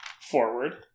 forward